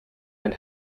been